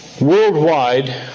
Worldwide